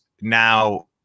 now